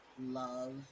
love